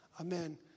Amen